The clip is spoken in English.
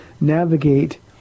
navigate